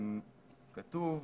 כתוב בשמי,